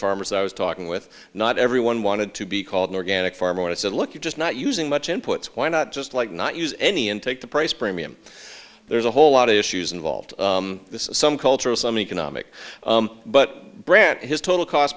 farmers i was talking with not everyone wanted to be called an organic farmer and i said look you're just not using much inputs why not just like not use any and take the price premium there's a whole lot of issues involved this is some cultural some economic but brant his total cost